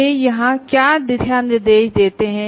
वे यहां क्या दिशानिर्देश देते हैं